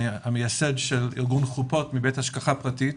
אני המייסד של ארגון חופות מבית השגחה פרטית,